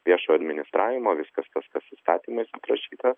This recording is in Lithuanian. viešo administravimo viskas kas kas įstatymais aprašyta